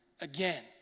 again